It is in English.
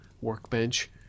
workbench